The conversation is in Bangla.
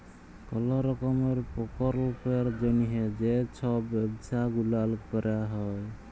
কল রকমের পরকল্পের জ্যনহে যে ছব ব্যবছা গুলাল ক্যরা হ্যয়